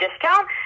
discount